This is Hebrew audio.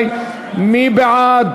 (קרן לחלוקת כספים בעד